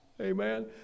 Amen